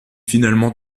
finalement